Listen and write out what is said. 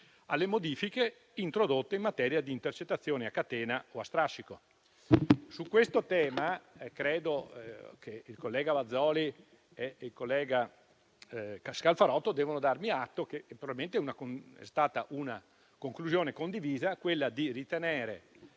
alle modifiche introdotte in materia di intercettazioni a catena o a strascico. Su questo tema credo che i colleghi Bazoli e Scalfarotto debbano darmi atto che naturalmente è stata una conclusione condivisa quella di ritenere